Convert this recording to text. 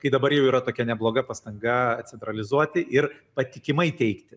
kai dabar jau yra tokia nebloga pastanga centralizuoti ir patikimai teikti